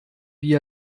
wie